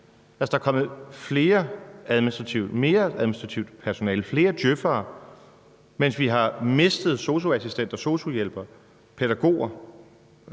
Der er kommet mere administrativt personale, flere djøf'ere, mens vi har mistet sosu-assistenter, sosu-hjælpere, pædagoger,